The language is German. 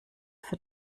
für